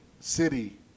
City